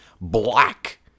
black